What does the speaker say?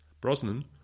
Brosnan